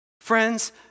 Friends